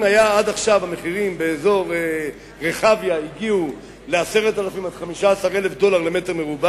אם עד עכשיו המחירים באזור רחביה הגיעו ל-10,000 15,000 דולר למ"ר,